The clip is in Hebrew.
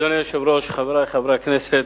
אדוני היושב-ראש, חברי חברי הכנסת,